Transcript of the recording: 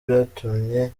byatumye